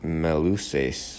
meluses